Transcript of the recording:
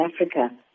Africa